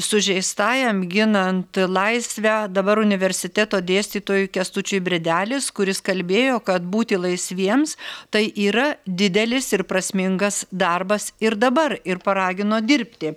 sužeistajam ginant laisvę dabar universiteto dėstytojui kęstučiui bredelis kuris kalbėjo kad būti laisviems tai yra didelis ir prasmingas darbas ir dabar ir paragino dirbti